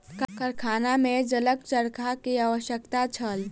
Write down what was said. कारखाना में जलक चरखा के आवश्यकता छल